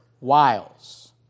wiles